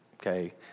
Okay